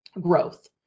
growth